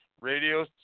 radio